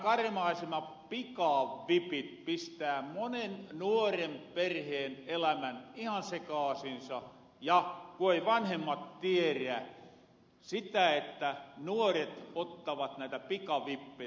nämä karmaasevat pikavipit pistää monen nuoren perheen elämän ihan sekaasinsa ja vanhemmat ei tierä sitä että nuoret ottavat näitä pikavippejä